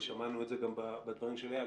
ושמענו את זה גם בדברים של איל.